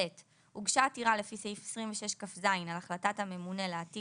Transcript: הוגשה עתירה לפי סעיף 26כז על החלטת הממונה להטיל